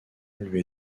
lui